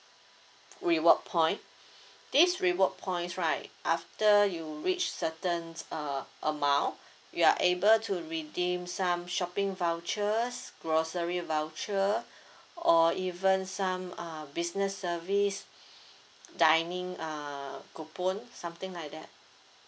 reward point this reward points right after you reach certain uh amount you are able to redeem some shopping vouchers grocery voucher or even some uh business service dining uh coupon something like that